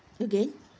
again